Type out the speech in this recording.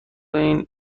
این